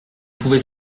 pouvez